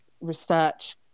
research